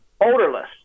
odorless